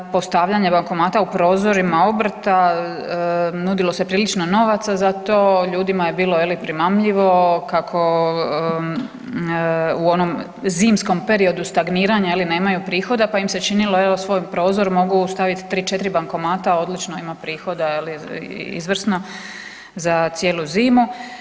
Postavljanje bankomata u prozorima obrta, nudilo se prilično novaca za to, ljudima je bilo je li primamljivo kako u onom zimskom periodu stagniranja nemaju prihoda pa im se činilo evo u svoj prozor mogu staviti 3-4 bankomata odlično ima prihoda je li izvrsno za cijelu zimu.